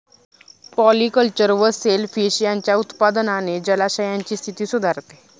polyculture व shellfish यांच्या उत्पादनाने जलाशयांची स्थिती सुधारते